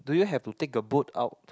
do you have to take a boat out